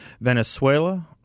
Venezuela